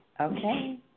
Okay